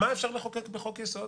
מה אפשר לחוקק בחוק יסוד?